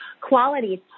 qualities